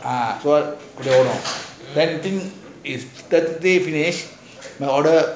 ah so then this is chicken finish you order